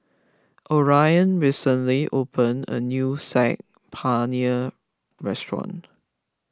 Orion recently opened a new Saag Paneer restaurant